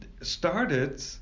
started